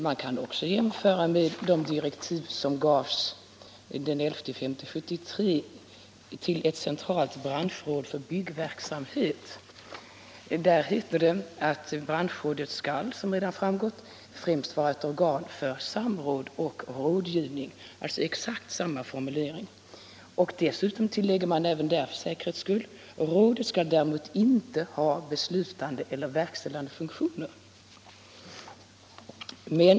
Man kan också jämföra med de direktiv som gavs den 11 maj 1975 till ett centralt branschråd för byggverksamhet. Där heter det att branschrådet främst skall vara ett organ för samråd och rådgivning. Det är alltså exakt samma formulering. Dessutom tillägger man även där för säkerhets skull att rådet däremot inte skall ha beslutande eller verkställande funktioner.